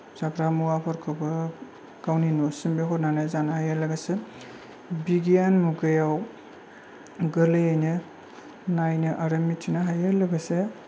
जाग्रा मुवाफोरखौबो गावनि न'सिम बिहरनानै जानो हायो लोगोसे बिगियान मुगायाव गोर्लैयैनो नायनो आरो मिथिनो हायो लोगोसे